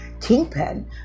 kingpin